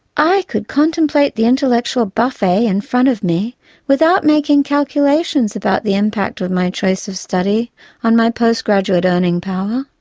i could contemplate the intellectual buffet in front of me without making calculations about the impact of my choice of study on my post-graduate earning power.